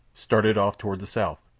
started off toward the south,